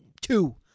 two